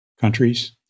countries